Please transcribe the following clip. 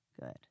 Good